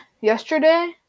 yesterday